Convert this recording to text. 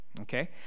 okay